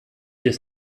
his